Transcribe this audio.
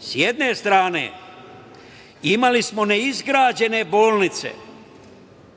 S jedne strane imali smo neizgrađene bolnice,